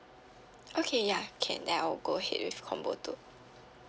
okay ya can then I'll go ahead with combo two